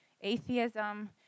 atheism